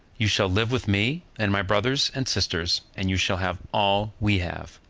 you shall live with me and my brother and sisters, and you shall have all we have.